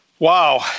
Wow